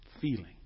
feeling